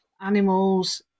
animals